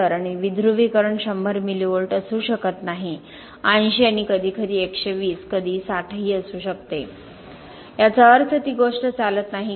आणि विध्रुवीकरण 100 mV असू शकत नाही 80 आणि कधी कधी 120 कधी 60 असू शकते याचा अर्थ ती गोष्ट चालत नाही का